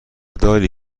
داری